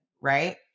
right